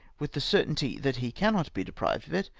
with the certainty that he cannot be deprived of it,